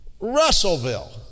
Russellville